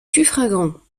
suffragant